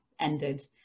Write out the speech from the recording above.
ended